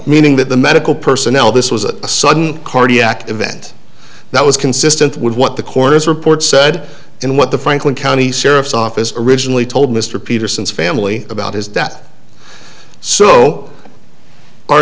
meaning that the medical personnel this was a sudden cardiac event that was consistent with what the coroner's report said and what the franklin county sheriff's office originally told mr peterson's family about his death so our